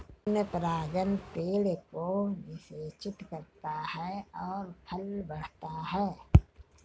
पूर्ण परागण पेड़ को निषेचित करता है और फल बढ़ता है